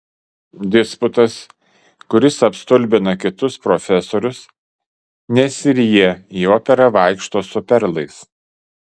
disputas kuris apstulbina kitus profesorius nes ir jie į operą vaikšto su perlais